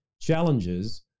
challenges